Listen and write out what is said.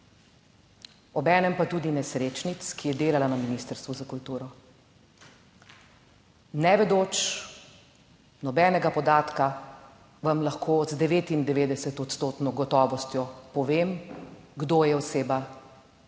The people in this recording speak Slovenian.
obenem pa tudi nesrečnic, ki je delala na Ministrstvu za kulturo. Ne vedoč nobenega podatka, vam lahko z 99 odstotno gotovostjo povem, kdo je oseba,